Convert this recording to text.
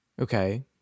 Okay